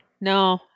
No